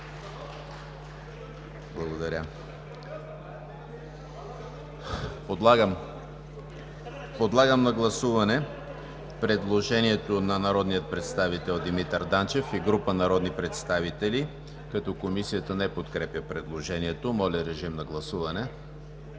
Благодаря. Подлагам на гласуване предложението на народния представител Димитър Данчев и група народни представители, като Комисията не подкрепя предложението. Гласували